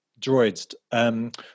droids